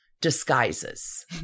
disguises